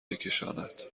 بکشاند